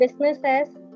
businesses